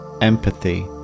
empathy